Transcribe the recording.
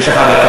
יש לך דקה.